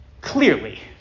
clearly